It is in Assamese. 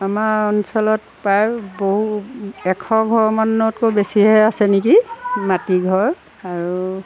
আমাৰ অঞ্চলত প্ৰায় বহু এশ ঘৰমানতকৈ বেছিহে আছে নেকি মাটি ঘৰ আৰু